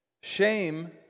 Shame